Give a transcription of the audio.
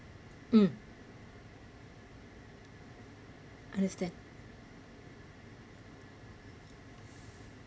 mm understand